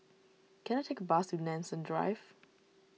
can I take a bus to Nanson Drive